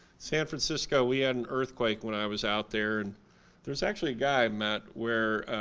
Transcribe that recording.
san francisco we had an earthquake when i was out there and there's actually a guy i met where